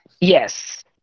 Yes